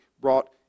brought